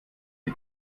die